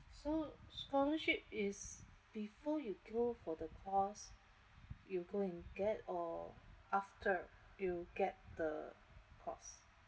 so scholarship is before you through for the course you go and get or after you get the course